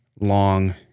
long